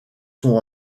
sont